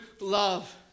love